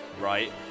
right